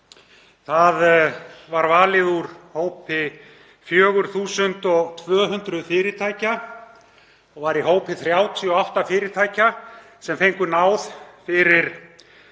Það var valið úr hópi 4.200 fyrirtækja og var í hópi 38 fyrirtækja sem fengu náð fyrir